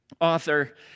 author